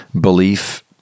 belief